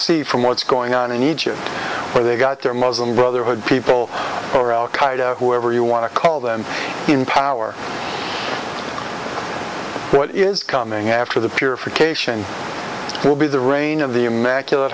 see from what's going on in egypt where they got their muslim brotherhood people or al qaeda whoever you want to call them in power what is coming after the purification will be the rain of the